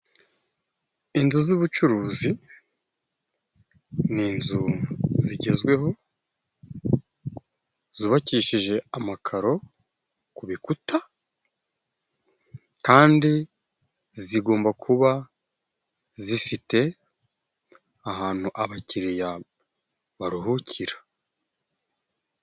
Inzu z'ubucuruzi, ni inzu zigezweho zubakishije amakaro ku bikuta, kandi zigomba kuba zifite ahantu abakiriya baruhukira.